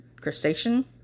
crustacean